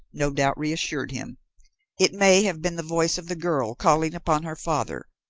no doubt reassured him it may have been the voice of the girl calling upon her father,